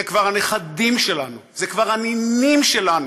זה כבר הנכדים שלנו, זה כבר הנינים שלנו,